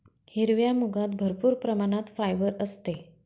हिरव्या मुगात भरपूर प्रमाणात फायबर असते